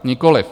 Nikoliv.